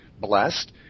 blessed